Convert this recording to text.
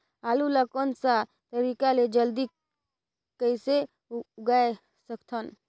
आलू ला कोन सा तरीका ले जल्दी कइसे उगाय सकथन?